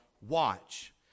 watch